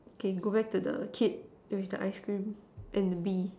okay go back to the kid with the ice cream and B